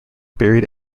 buried